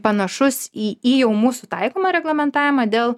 panašus į į jau mūsų taikomą reglamentavimą dėl